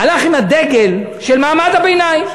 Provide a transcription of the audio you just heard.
הלך עם הדגל של מעמד הביניים.